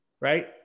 Right